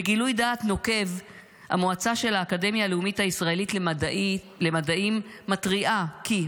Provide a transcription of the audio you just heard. בגילוי דעת נוקב המועצה של האקדמיה הלאומית הישראלית למדעים מתריעה כי,